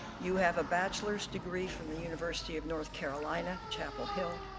you have a bachelors degree from the university of north carolina chapel hill,